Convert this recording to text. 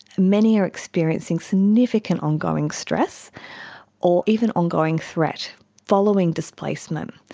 many are experiencing significant ongoing stress or even ongoing threat following displacement.